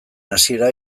hasiera